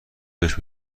بهش